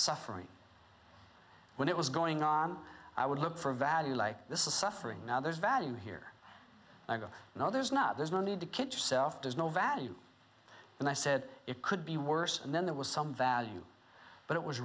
suffering when it was going on i would look for value like this is suffering now there's value here i go no there's not there's no need to kid yourself there's no value and i said it could be worse and then there was some value but it was